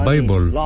Bible